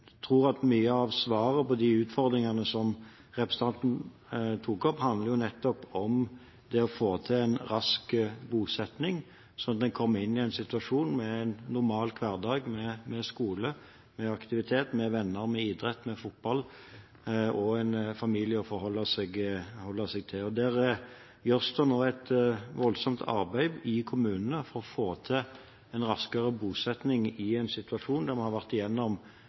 tror at mye av svaret på de utfordringene som representanten tok opp, nettopp handler om det å få til en rask bosetting, slik at en kommer inn i en situasjon med en normal hverdag, med skole, med aktivitet, med venner, med idrett, med fotball og en familie å forholde seg til. Det gjøres nå et voldsomt arbeid i kommunene for å få til en raskere bosetting, i en situasjon der vi har vært